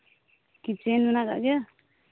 kitchen ᱢᱮᱱᱟᱜ ᱠᱟᱜ ᱜᱮᱭᱟ